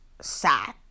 sad